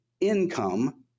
Income